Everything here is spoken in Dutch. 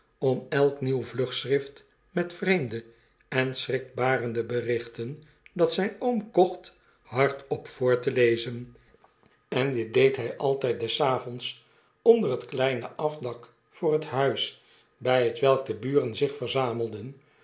om elk nieuw vlugschrift met vreemde en schrikbarende berichten dat zyn m kocht hardop voor te lezen en dit deed hy altijd des avonds onder het kleine afdak voor het huis bjj hetwelk de buren zich verzamelden